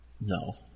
No